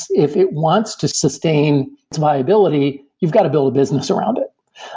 if it wants to sustain its viability, you've got to build business around it.